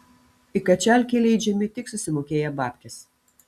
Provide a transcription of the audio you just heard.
į kačialkę įleidžiami tik susimokėję babkes